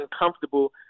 uncomfortable